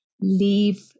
leave